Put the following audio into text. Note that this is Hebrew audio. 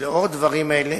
שלאור דברים אלה